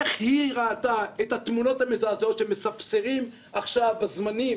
איך היא ראתה את התמונות המזעזעות שמספסרים עכשיו בזמנים,